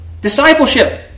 Discipleship